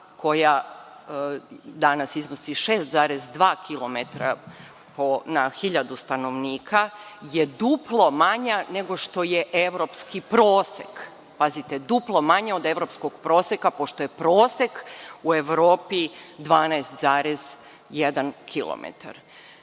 koja danas iznosi 6,2 kilometra na 1000 stanovnika je duplo manja nego što je evropski prosek. Pazite, duplo manja od evropskog proseka pošto je prosek u Evropi 12,1